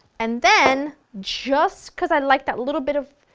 and then, just because i like that little bit of,